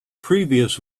previous